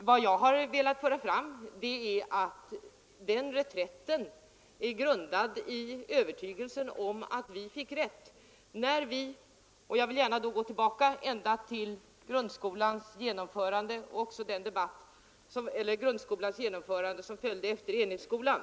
vad jag har velat understryka är att den reträtten skett i medvetande om att vi fått rätt. Jag vill i detta sammanhang gå tillbaka ända till det tillfälle då grundskolan infördes och ersatte enhetsskolan.